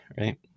right